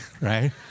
right